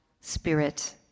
spirit